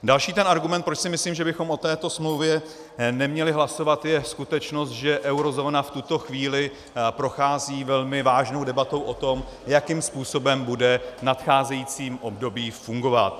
Další argument, proč si myslím, že bychom o této smlouvě neměli hlasovat, je skutečnost, že eurozóna v tuto chvíli prochází velmi vážnou debatou o tom, jakým způsobem bude v nadcházejícím období fungovat.